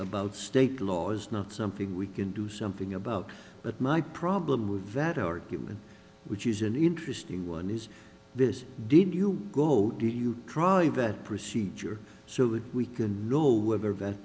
about state law is not something we can do something about but my problem with that argument which is an interesting one is this did you go do you try that procedure so that we can know whether